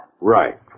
Right